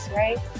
right